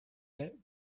get